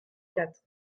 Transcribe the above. quatre